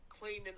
cleaning